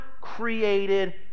created